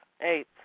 Eight